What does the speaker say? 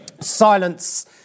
Silence